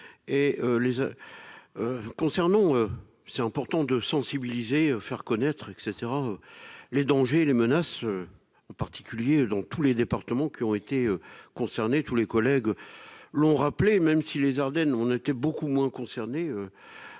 Concernant. C'est important de sensibiliser, faire connaître et cetera. Les dangers les menaces. En particulier dans tous les départements qui ont été concernés tous les collègues. L'ont rappelé. Même si les Ardennes, on était beaucoup moins concernés.